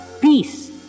peace